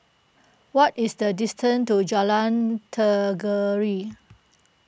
what is the distance to Jalan Tenggiri